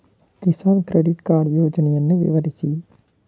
Kisan credit card ಯೋಜನೆಯನ್ನು ವಿವರಿಸಿ?